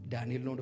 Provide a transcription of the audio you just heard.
Daniel